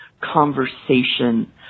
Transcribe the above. conversation